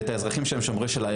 ואת האזרחים שהם עם האיירסופט,